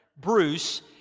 Bruce